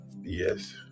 yes